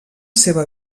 seva